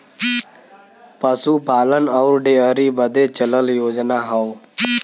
पसूपालन अउर डेअरी बदे चलल योजना हौ